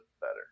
better